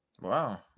Wow